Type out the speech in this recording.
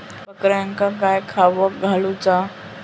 बकऱ्यांका काय खावक घालूचा?